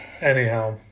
Anyhow